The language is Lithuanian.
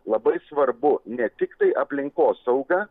labai svarbu ne tiktai aplinkosauga